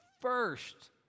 first